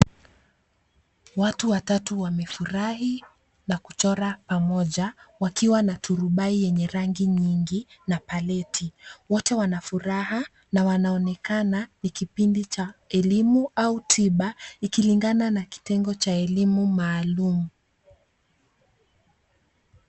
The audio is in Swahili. Watu watatu wamefurahi na kuchora pamoja wakiwa na turubai yenye rangi nyingi na paleti, wote wana furaha na wanaonekana ni kipindi cha elimu au tiba ikilingana na kitengo cha elimu maalum.